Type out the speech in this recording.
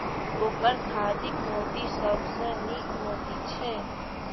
ओकर खाधिक मोती सबसँ नीक मोती छै